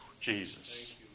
Jesus